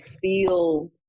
feel